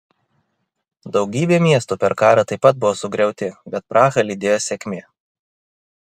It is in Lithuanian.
daugybė miestų per karą taip pat buvo sugriauti bet prahą lydėjo sėkmė